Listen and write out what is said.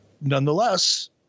nonetheless